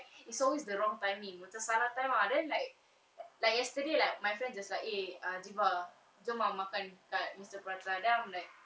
it's always the wrong timing macam salah time ah then like like yesterday like my friend just like eh ziba jom ah makan kat mister prata then I'm like